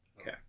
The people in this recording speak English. Okay